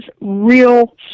real